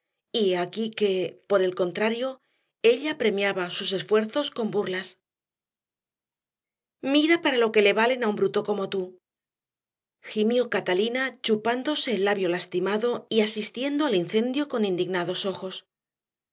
y he aquí que por el contrario ella premiaba sus esfuerzos con burlas mira para lo que le valen a un bruto como tú gimió catalina chupándose el labio lastimado y asistiendo al incendio con indignados ojos